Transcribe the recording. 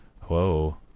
Whoa